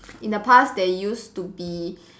in the past there used to be